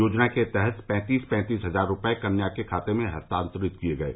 योजना के तहत पैतीस पैतीस हजार रूपये कन्या के खाते में हस्तांतरित किये गये